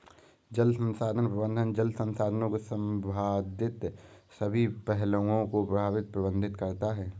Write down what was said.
जल संसाधन प्रबंधन जल संसाधनों से संबंधित सभी पहलुओं को प्रबंधित करता है